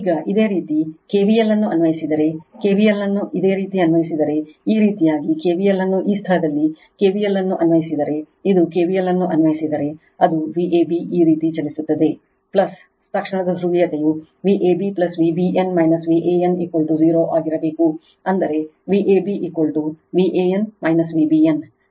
ಈಗ ಇದೇ ರೀತಿ ಕೆವಿಎಲ್ ಅನ್ನು ಅನ್ವಯಿಸಿದರೆ ಕೆವಿಎಲ್ ಅನ್ನು ಇದೇ ರೀತಿ ಅನ್ವಯಿಸಿದರೆ ಈ ರೀತಿಯಾಗಿ ಕೆವಿಎಲ್ ಅನ್ನು ಈ ಸ್ಥಳದಲ್ಲಿ ಕೆವಿಎಲ್ ಅನ್ನು ಅನ್ವಯಿಸಿದರೆ ಇದು ಕೆವಿಎಲ್ ಅನ್ನು ಅನ್ವಯಿಸಿದರೆ ಅದು Vab ಈ ರೀತಿ ಚಲಿಸುತ್ತದೆ ತಕ್ಷಣದ ಧ್ರುವೀಯತೆಯುVab Vbn Van 0 ಆಗಿರಬೇಕು ಅಂದರೆ Vab Van Vbn ನನ್ನ Vab Van Vbn